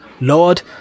Lord